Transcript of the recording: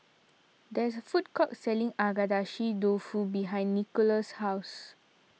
there is a food court selling Agedashi Dofu behind Nicklaus' house